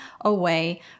away